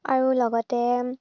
আৰু লগতে